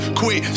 quit